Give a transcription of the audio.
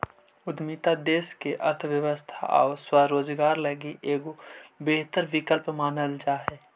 उद्यमिता देश के अर्थव्यवस्था आउ स्वरोजगार लगी एगो बेहतर विकल्प मानल जा हई